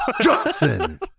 Johnson